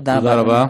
תודה רבה,